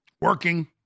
working